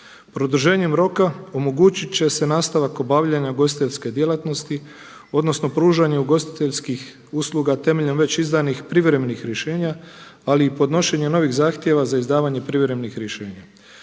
Produženjem roka omogućit će se nastavak obavljanja ugostiteljske djelatnosti odnosno pružanje ugostiteljskih usluga temeljem već izdanih privremenih rješenja ali i podnošenja novih zahtjeva za izdavanje privremenih rješenja.